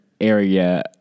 area